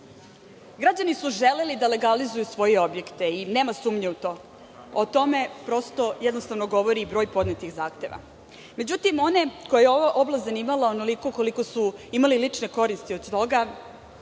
su želeli da legalizuju svoje objekte i nema sumnje u to. O tome jednostavno govori broj podnetih zahteva. Međutim, one koje je ova oblast zanimala onoliko koliko su imali lične koristi od svoga